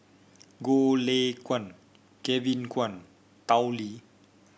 Goh Lay Kuan Kevin Kwan Tao Li